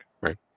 right